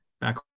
back